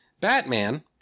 Batman